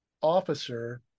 officer